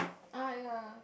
ah ya